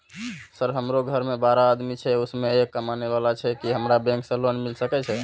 Sir हमरो घर में बारह आदमी छे उसमें एक कमाने वाला छे की हमरा बैंक से लोन मिल सके छे?